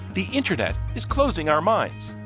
the internet is closing our minds.